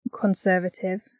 conservative